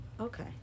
Okay